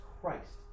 Christ